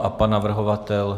A pan navrhovatel?